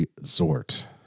Resort